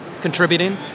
contributing